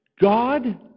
God